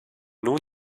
nun